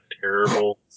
terrible